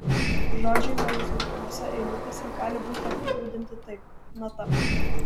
žodžiai horizontaliose eilutėse gali būti apibūdinti taip nata